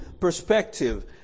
perspective